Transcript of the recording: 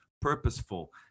purposeful